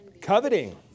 Coveting